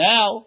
Now